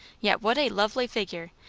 yet what a lovely figure,